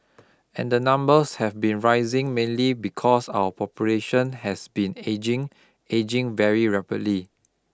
and the numbers have been rising mainly because our population has been ageing ageing very rapidly